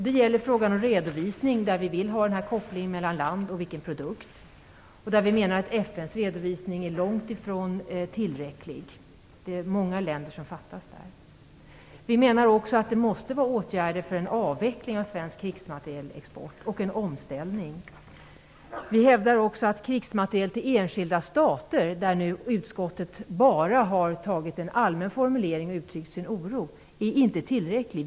Det gäller frågan om redovisning, där vi vill ha kopplingen mellan land och produkt. Vi menar att FN:s redovisning är långt ifrån tillräcklig. Det är många länder som fattas där. Vi menar också att det måste till åtgärder för en avveckling av svensk krigsmaterielexport och en omställning till annan produktion. Vi hävdar dessutom att det inte är tillräckligt att utskottet bara har antagit en allmän formulering och uttryckt sin oro beträffande krigsmateriel till enskilda stater.